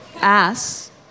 ass